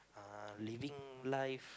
uh living life